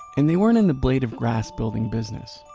and they weren't in the blade of grass building business.